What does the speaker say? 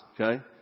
okay